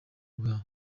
bwa